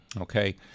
okay